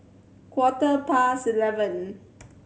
quarter past eleven